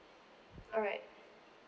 alright